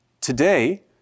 Today